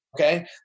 Okay